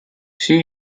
she